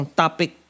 topic